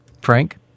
Frank